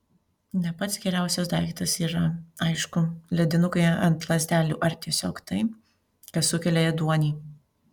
ne pats geriausias daiktas yra aišku ledinukai ant lazdelių ar tiesiog tai kas sukelia ėduonį